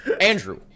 Andrew